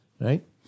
right